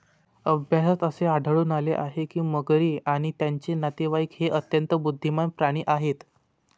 अभ्यासात असे आढळून आले आहे की मगरी आणि त्यांचे नातेवाईक हे अत्यंत बुद्धिमान प्राणी आहेत